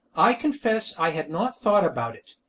i confess i had not thought about it.